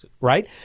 Right